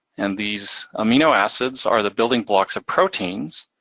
and these amino acids are the building blocks of proteins.